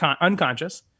unconscious